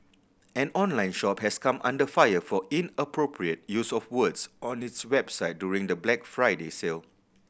an online shop has come under fire for inappropriate use of words on its website during the Black Friday sale